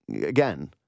again